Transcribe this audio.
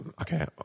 okay